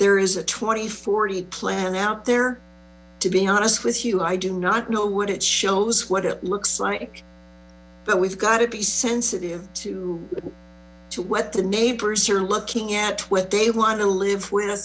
there is a twenty forty plan out there to be honest with you i do not know what it shows what it looks like but we've got to be sensitive to what the neighbors are looking at what they want to live with